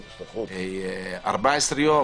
אחרי 14 יום,